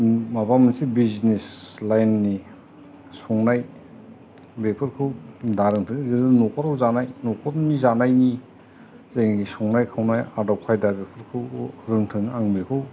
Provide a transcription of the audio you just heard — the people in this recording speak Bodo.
माबा मोनसे बिजिनेस लाइयेननि संनाय बेफोरखौ दारोंथों न'खराव जानाय न'खरनि जानायनि जोंनि संनाय खावनाय आदब खायदा बेफोरखौ रोंथों आं बेखौ